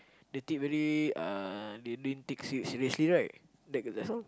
they take very uh they didn't take se~ seriously right okay that's all